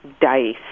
dice